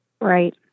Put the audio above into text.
Right